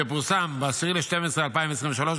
שפורסם ביום 10 בדצמבר 2023,